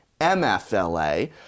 MFLA